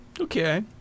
Okay